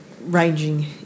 ranging